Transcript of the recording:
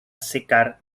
secar